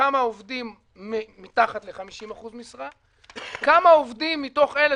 כמה עובדים מתחת ל-50% משרה; כמה מתוך אלה